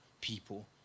people